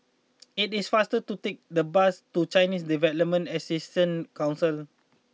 it is faster to take the bus to Chinese Development Assistance Council